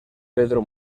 pedro